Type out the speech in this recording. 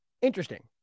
Interesting